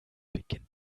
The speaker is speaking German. beginnt